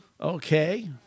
Okay